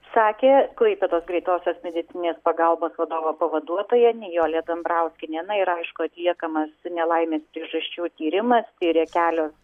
sakė klaipėdos greitosios medicininės pagalbos vadovo pavaduotoja nijolė dambrauskienė na yra aišku atliekamas nelaimės priežasčių tyrimas tiria kelios